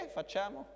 facciamo